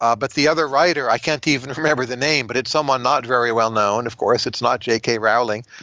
ah but the other writer, i can't even remember the name, but it someone not very well known. of course, it's not yeah jk rowling,